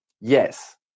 yes